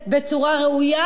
בצורה ראויה,